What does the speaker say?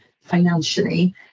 financially